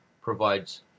provides